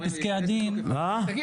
בפסקי הדין --- תגיד,